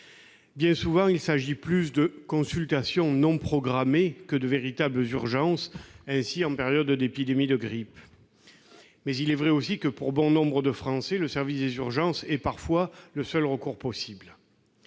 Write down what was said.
Bien souvent, il s'agit plus de consultations non programmées que de véritables urgences, notamment en périodes d'épidémie de grippe. Mais il est vrai aussi que, pour bon nombre de Français, le service des urgences est parfois le seul recours possible.